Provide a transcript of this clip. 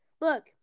Look